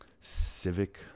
Civic